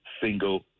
single